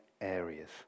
areas